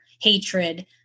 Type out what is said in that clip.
hatred